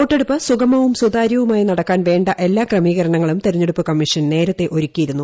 വോട്ടെടുപ്പ് സുഗമവും സുതാര്യവുമായി നടക്കാൻ വേണ്ട എല്ലാ ക്രമീകരണങ്ങളും തിരഞ്ഞെടുപ്പ് കമ്മീഷൻ നേരത്തെ ഒരുക്കിയിരുന്നു